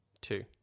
Two